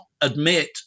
admit